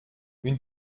une